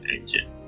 engine